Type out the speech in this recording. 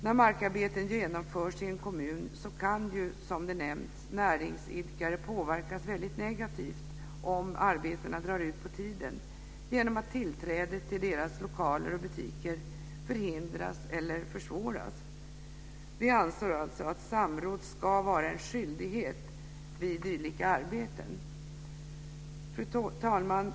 När markarbeten genomförs i en kommun kan, som nämnts, näringsidkare påverkas negativt om arbetena drar ut på tiden, genom att tillträde till deras lokaler och butiker förhindras eller försvåras. Vi anser alltså att samråd ska vara en skyldighet vid dylika arbeten. Fru talman!